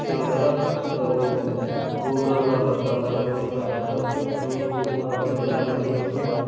ସିଂହ ଦ୍ୱାର ଆଉ ପୁରୀର ଜଗନ୍ନାଥ ମନ୍ଦିର ରଥକୁ କୁହାଯାଉଥିଲା ନନ୍ଦୀଘୋଷ